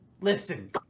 Listen